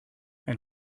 and